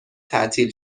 تعطیل